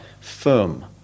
firm